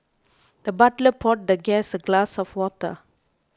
the butler poured the guest a glass of water